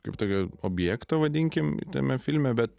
kaip tokio objekto vadinkim tame filme bet